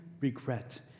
regret